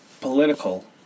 political